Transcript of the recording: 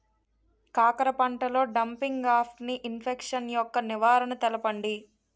కాకర పంటలో డంపింగ్ఆఫ్ని ఇన్ఫెక్షన్ యెక్క నివారణలు తెలపండి?